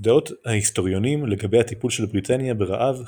דעות ההיסטוריונים לגבי הטיפול של בריטניה ברעב חלוקות.